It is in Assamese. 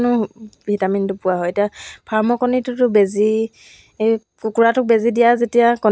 পঢ়া পাতি খৰচ এইবিলাকতো নাছিলে অনলি মই অকল